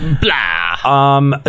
blah